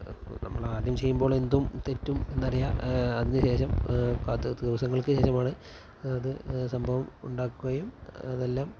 നമ്മളാദ്യം ചെയ്യുമ്പോള് എന്തും തെറ്റും എന്നറിയാം അതിനുശേഷം കാത്ത് ദിവസങ്ങള്ക്കു ശേഷമാണ് അത് സംഭവം ഉണ്ടാക്കുകയും അതെല്ലാം